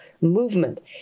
movement